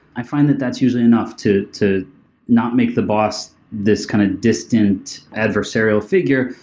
i find that that's usually enough to to not make the boss this kind of distant adversarial figure,